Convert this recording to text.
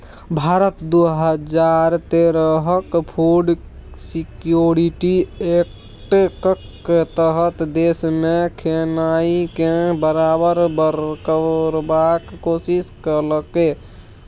भारत दु हजार तेरहक फुड सिक्योरिटी एक्टक तहत देशमे खेनाइ केँ बराबर करबाक कोशिश केलकै